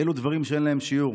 "אלו דברים שאין להם שיעור: